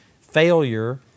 failure